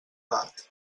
edat